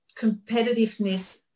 competitiveness